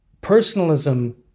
personalism